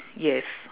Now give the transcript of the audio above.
yes